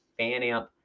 Fanamp